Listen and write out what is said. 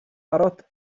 barod